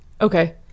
Okay